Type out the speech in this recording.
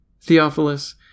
Theophilus